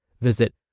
Visit